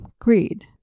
greed